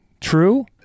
true